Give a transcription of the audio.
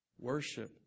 Worship